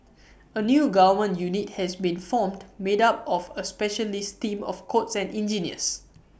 A new government unit has been formed made up of A specialist team of codes and engineers